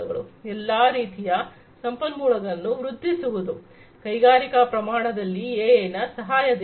ಮತ್ತೆ ಎಲ್ಲಾ ರೀತಿಯ ಸಂಪನ್ಮೂಲಗಳನ್ನು ವೃದ್ಧಿಸುವುದು ಕೈಗಾರಿಕಾ ಪ್ರಮಾಣದಲ್ಲಿ ಎಐನ ಸಹಾಯದಿಂದ